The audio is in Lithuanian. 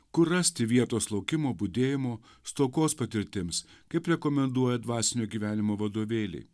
kur rasti vietos laukimo budėjimo stokos patirtims kaip rekomenduoja dvasinio gyvenimo vadovėliai